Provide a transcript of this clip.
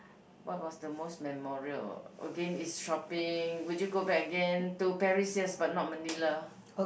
what was the most memorial again it's shopping would you go back again to Paris yes but not Manila